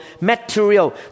material